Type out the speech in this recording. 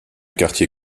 quartier